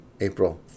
April